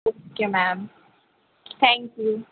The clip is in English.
okay ma'am thank you